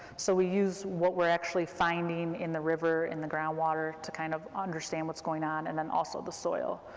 so we use what we're actually finding in the river, in the groundwater, to kind of understand what's going on, and then also the soil